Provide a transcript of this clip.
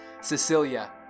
Cecilia